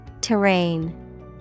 Terrain